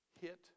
hit